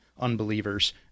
unbelievers